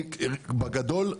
בגדול,